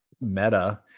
meta